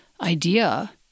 idea